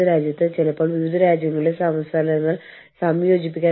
റഗ്മാർക്കിന്റെ ഈ ഉദാഹരണം ഞാൻ നിങ്ങൾക്ക് നൽകിയിരിക്കാം